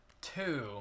Two